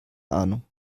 ahnung